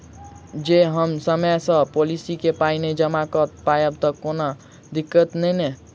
जँ हम समय सअ पोलिसी केँ पाई नै जमा कऽ पायब तऽ की कोनो दिक्कत नै नै?